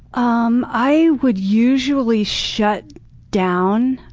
um i would usually shut down.